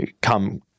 come